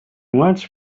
wants